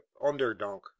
Onderdonk